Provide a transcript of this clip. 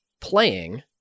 playing